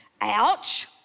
ouch